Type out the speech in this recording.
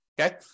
Okay